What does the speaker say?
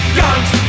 guns